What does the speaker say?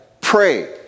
pray